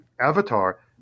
avatar